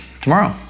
tomorrow